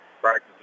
practice